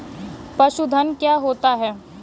पशुधन क्या होता है?